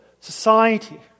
society